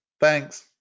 thanks